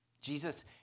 Jesus